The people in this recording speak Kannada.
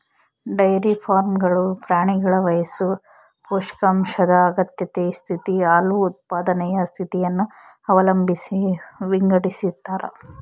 ಡೈರಿ ಫಾರ್ಮ್ಗಳು ಪ್ರಾಣಿಗಳ ವಯಸ್ಸು ಪೌಷ್ಟಿಕಾಂಶದ ಅಗತ್ಯತೆ ಸ್ಥಿತಿ, ಹಾಲು ಉತ್ಪಾದನೆಯ ಸ್ಥಿತಿಯನ್ನು ಅವಲಂಬಿಸಿ ವಿಂಗಡಿಸತಾರ